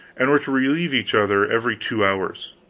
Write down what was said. and were to relieve each other every two hours.